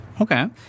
okay